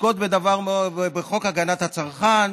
עוסקות בחוק הגנת הצרכן,